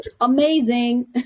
Amazing